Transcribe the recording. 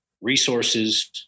resources